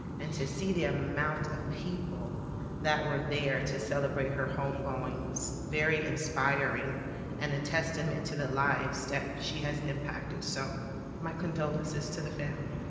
and to see the amount of people that were there to celebrate her home going was very aspiring and a testament to the lives that she has impacted, so my condolences to the family.